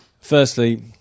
Firstly